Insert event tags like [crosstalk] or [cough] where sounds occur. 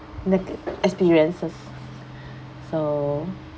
nega~ experiences [breath] so